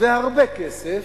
והרבה כסף,